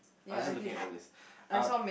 I wasn't looking at the list